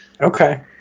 Okay